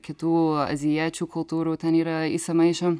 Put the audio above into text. kitų azijiečių kultūrų ten yra įsimaišę